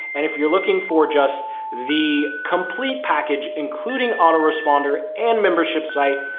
and if you're looking for just the complete package, including autoresponder and membership site,